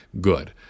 Good